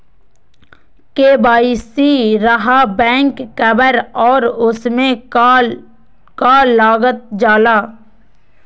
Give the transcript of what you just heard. KYC रहा back cover और उसमें का का लागल जाला?